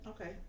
Okay